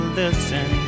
listen